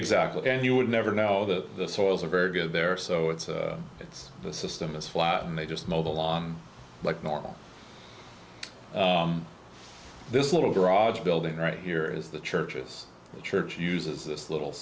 exactly and you would never know that the soils are very good there so it's it's the system is flat and they just mow the lawn look normal this little garage building right here is the church's church uses this little